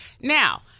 Now